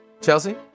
Chelsea